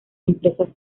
empresas